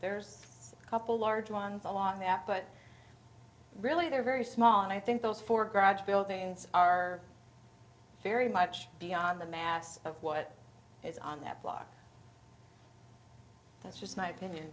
there's a couple large ones on that but really they're very small and i think those four grudged buildings are very much beyond the mass of what is on that block that's just my opinion